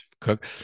cook